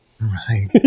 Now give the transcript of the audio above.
Right